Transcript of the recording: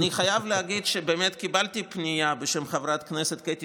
אני חייב להגיד שבאמת קיבלתי פנייה בשם חברת הכנסת קטי